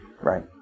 right